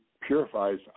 purifies